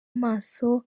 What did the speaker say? maso